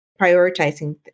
prioritizing